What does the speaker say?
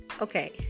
Okay